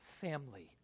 family